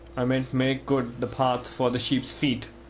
i meant make good the path for the sheep's feet.